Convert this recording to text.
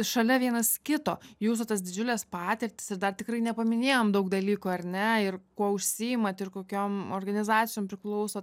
šalia vienas kito jūsų tas didžiules patirtis ir dar tikrai nepaminėjom daug dalykų ar ne ir kuo užsiimat ir kokiom organizacijom priklausot